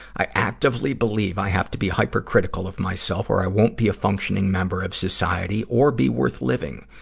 i actively believe i have to be hypercritical of myself or i won't be a functioning member of society or be worth living.